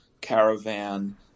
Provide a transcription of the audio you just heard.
caravan